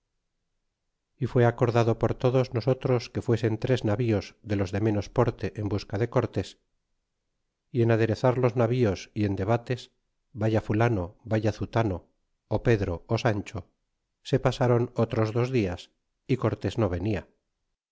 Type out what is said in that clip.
y fu acordado por todos nosotros que fuesen tres navíos de los de t'anos porte en busca de cortés y en aderezar los naz vios y en debates vaya fulano vaya zutano pedro ó sancho se pasron otros dos dias cortes no venia